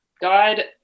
God